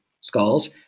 skulls